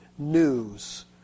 News